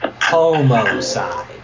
Homicide